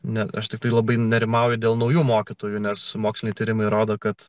nes aš tiktai labai nerimauju dėl naujų mokytojų nors moksliniai tyrimai rodo kad